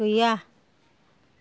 गैया